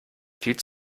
viel